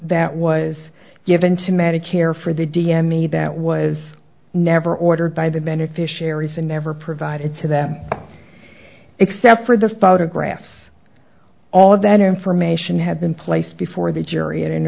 that was given to medicare for the d m a that was never ordered by the beneficiaries and never provided to them except for the photographs all of that information had been placed before the jury at an